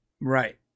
Right